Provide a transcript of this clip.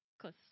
Close